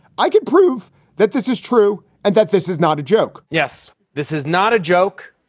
i could prove that this is true and that this is not a joke yes, this is not a joke.